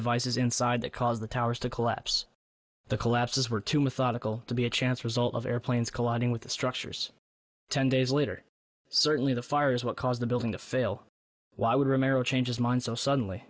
devices inside that caused the towers to collapse the collapses were too methodical to be a chance result of airplanes colliding with the structures ten days later certainly the fires what caused the building to fail why would change its mind so suddenly